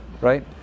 right